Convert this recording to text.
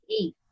eight